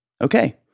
Okay